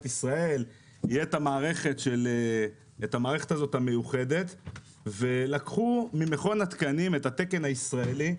ישראל יהיה את המערכת הזאת המיוחדת ולקחו ממכון התקנים את התקן הישראלי.